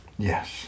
Yes